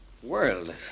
World